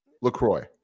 LaCroix